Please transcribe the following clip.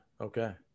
Okay